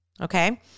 Okay